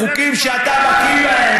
בחוקים שאתה בקי בהם,